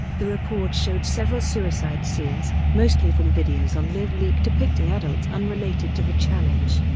the report showed several suicide scenes, mostly from videos on liveleak depicting adults unrelated to the challenge.